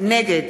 נגד